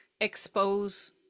expose